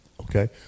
Okay